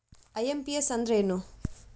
IMPS ಅಂದ್ರ ಏನು?